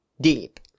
deep